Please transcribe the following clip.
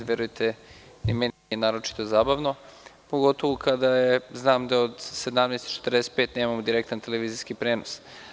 Verujte, ni meni nije naročito zabavno, pogotovo kada znam da od 17, 45 časova nemamo direktan televizijski prenos.